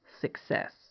success